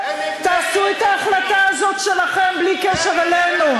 תעשו את ההחלטה הזו שלכם בלי קשר אלינו,